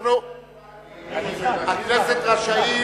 הכנסת רשאית,